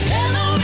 Hello